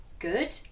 good